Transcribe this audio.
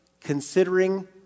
considering